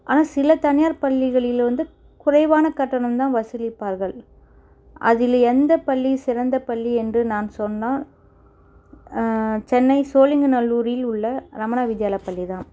ஆனால் சில தனியார் பள்ளிகளில் வந்து குறைவான கட்டணம் தான் வசூலிப்பார்கள் அதில் எந்த பள்ளி சிறந்த பள்ளி என்று நான் சொன்னால் சென்னை சோழிங்கநல்லூரில் உள்ள ரமண வித்யாலா பள்ளி தான்